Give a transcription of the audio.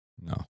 No